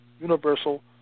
universal